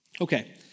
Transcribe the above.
Okay